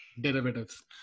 derivatives